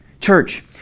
church